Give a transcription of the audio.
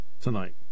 tonight